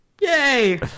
Yay